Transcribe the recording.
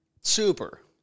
Super